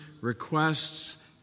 requests